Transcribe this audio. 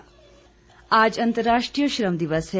मई दिवस आज अंतर्राष्ट्रीय श्रम दिवस है